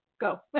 Go